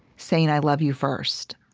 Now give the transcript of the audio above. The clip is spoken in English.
saying i love you first,